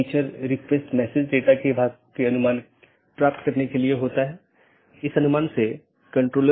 यह हर BGP कार्यान्वयन के लिए आवश्यक नहीं है कि इस प्रकार की विशेषता को पहचानें